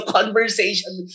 conversation